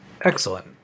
Excellent